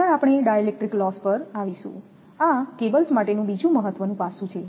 આગળ આપણે dielectric loss પર આવીશું આ કેબલ્સ માટેનું બીજું મહત્વનું પાસું છે